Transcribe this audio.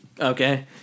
Okay